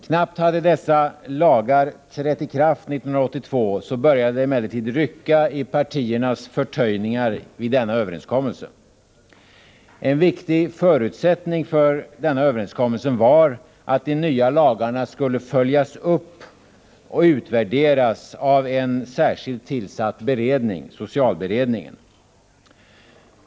Knappt hade dessa lagar trätt i kraft 1982 förrän det började rycka i partiernas förtöjningar vid denna överenskommelse. En viktig förutsättning för denna överenskommelse var att de nya lagarna skulle följas upp och utvärderas av en särskilt tillsatt beredning, socialberedningen.